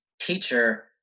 teacher